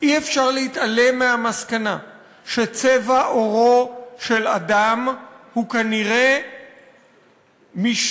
אי-אפשר להתעלם מהמסקנה שצבע עורו של אדם הוא כנראה משתנה